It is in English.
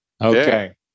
Okay